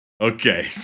Okay